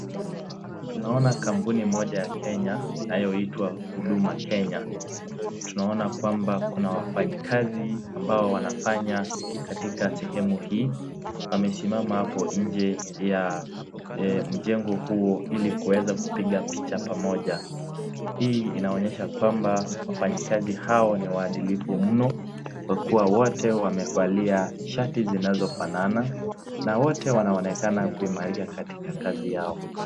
Tunaona kambuni Moja ya Kenya inayoitwa huduma Kenya. Tunaona kwamba Kuna wafanyakazi , ambao wanafanya katika sehemu hii , wamesimama hapo nje ya mjengo huo Ili kuweza kupiga picha pamoja. Hii inaonesha kwamba wafanyakazi hao ni waadhilifu mno. Kwa kuwa wote wamevalia shati zinazo fanana. Na wote wanaonekana kuimarika katika kazi zao.